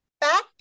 back